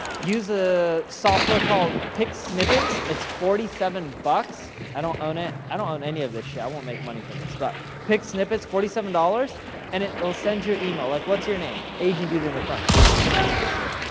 use a software called picsnippets, it's forty seven bucks. i don't own it, i don't own any of this shit. i won't make money from this, but picsnippets, forty seven dollars and it will send you an email. like, what's your name, asian dude in the front? there's so many asians here.